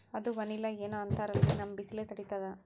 ಅದು ವನಿಲಾ ಏನೋ ಅಂತಾರಲ್ರೀ, ನಮ್ ಬಿಸಿಲ ತಡೀತದಾ?